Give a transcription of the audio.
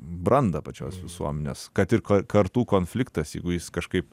brandą pačios visuomenės kad ir kartų konfliktas jeigu jis kažkaip